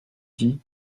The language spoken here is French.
dit